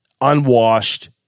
unwashed